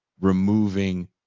removing